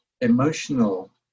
emotional